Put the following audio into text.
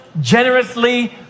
generously